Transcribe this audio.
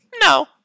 No